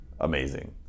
amazing